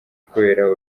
kubera